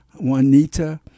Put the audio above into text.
Juanita